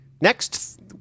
next